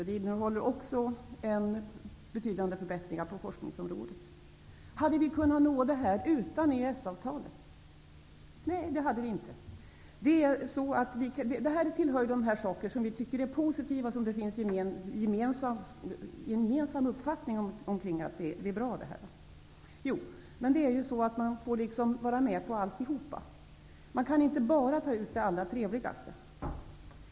Det innehåller också betydande förbättringar på forskningsområdet. Hade vi kunna nå detta utan EES-avtalet? Nej, det hade vi inte. Detta tillhör det som vi anser är positivt, och det finns en gemensam uppfattning om att det är bra. Men man får lov att vara med på alltihop. Man kan inte välja ut bara det allra trevligaste.